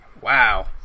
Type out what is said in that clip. Wow